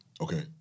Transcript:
Okay